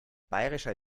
bayerischer